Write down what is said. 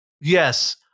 Yes